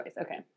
okay